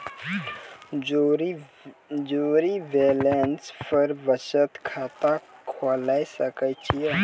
Zero balance पर बचत खाता खोले सकय छियै?